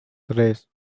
tres